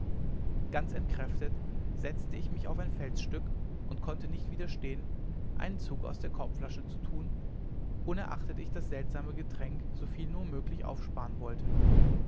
ganz entkräftet setzte ich mich auf ein felsstück und konnte nicht widerstehen einen zug aus der korbflasche zu tun unerachtet ich das seltsame getränk soviel nur möglich aufsparen wollte